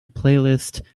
playlist